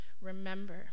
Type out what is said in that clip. remember